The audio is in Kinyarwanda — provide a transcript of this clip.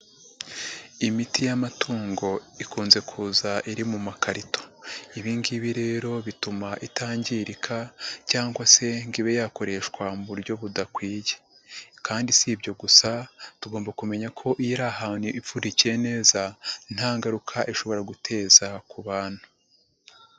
Imiti y'amatungo ikunze kuza iri mu makarito. Ibi ngibi rero bituma itangirika cyangwa se ngo ibe yakoreshwa mu buryo budakwiye kandi si ibyo gusa tugomba kumenya ko iyo iri ahantu ipfundikiye neza nta ngaruka ishobora guteza ku bantu.